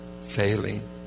failing